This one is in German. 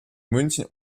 münchen